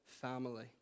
family